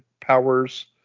powers